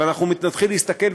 ואנחנו נתחיל להסתכל,